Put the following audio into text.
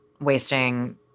wasting